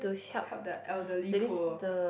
help the elderly poor